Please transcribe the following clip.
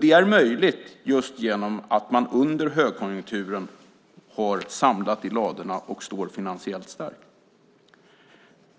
Det är möjligt just genom att man under högkonjunkturen har samlat i ladorna och står finansiellt stark.